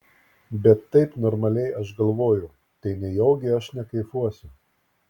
bet taip normaliai aš galvoju tai nejaugi aš nekaifuosiu